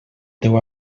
teu